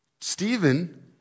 Stephen